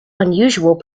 unusual